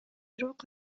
бирок